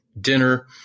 dinner